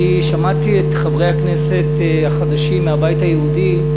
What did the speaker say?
שמעתי את חברי הכנסת החדשים מהבית היהודי,